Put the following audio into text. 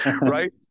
Right